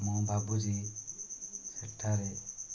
ମୁଁ ଭାବୁଛି ସେଠାରେ